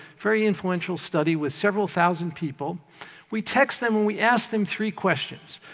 very influential study with several thousand people we text them, and we ask them three questions.